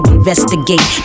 investigate